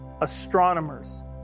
astronomers